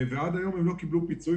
ועד היום הם לא קיבלו פיצוי.